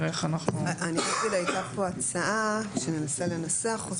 אנחנו --- הייתה פה הצעה שננסה לנסח אותה,